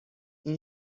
این